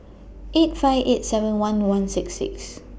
eight five eight seven one one six six